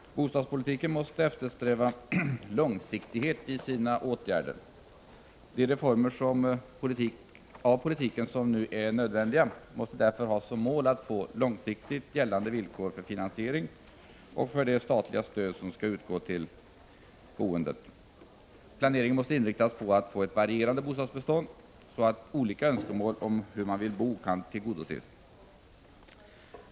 Bostadspolitiken måste eftersträva långsiktighet i sina åtgärder. De reformer av politiken som nu är nödvändiga måste därför ha som mål att få långsiktigt gällande villkor för finansieringen och för det statliga stöd som utgår till boendet. Planeringen måste inriktas på att få ett varierande bostadsbestånd, så att önskemål om hur man vill bo kan tillgodoses.